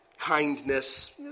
kindness